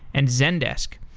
and zendesk.